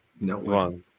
No